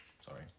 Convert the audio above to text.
sorry